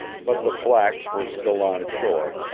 but the blacks were still on shore,